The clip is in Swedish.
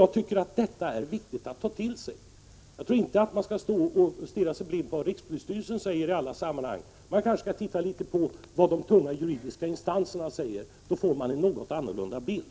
Jag tycker att detta är viktigt att ta till sig. Jag tror inte att man skall stirra sig blind på vad rikspolisstyrelsen säger i alla sammanhang. Man kanske kan titta litet på vad de tunga juridiska instanserna säger. Då får man en något annorlunda bild.